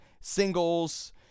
Singles